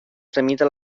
tramita